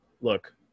Look